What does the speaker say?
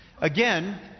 Again